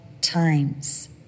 times